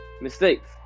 mistakes